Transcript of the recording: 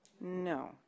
No